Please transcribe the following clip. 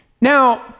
Now